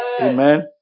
Amen